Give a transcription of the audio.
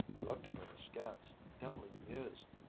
he looked at her askance, dimly amused.